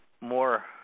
more